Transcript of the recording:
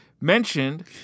mentioned